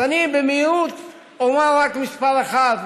אז אני אומר במהירות רק מספר אחד,